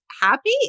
happy